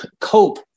cope